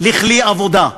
לכלי עבודה.